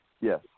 yes